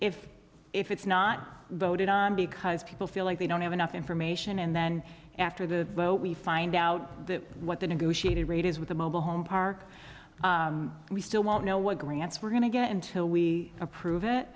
if if it's not voted on because people feel like they don't have enough information and then after the vote we find out what the negotiated rate is with the mobile home park we still won't know what grants we're going to get until we approve it